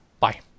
Bye